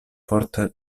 forta